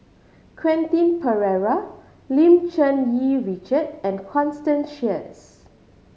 Quentin Pereira Lim Cherng Yih Richard and Constance Sheares